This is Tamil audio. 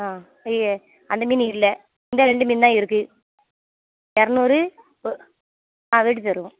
ஆ ஐயய்யோ அந்த மீன் இல்லை இந்த ரெண்டு மீன் தான் இருக்குது இரநூறு ஆ வெட்டித் தருவோம்